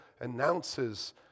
announces